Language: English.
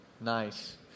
nice